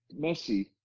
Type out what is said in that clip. Messi